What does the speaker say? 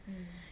mmhmm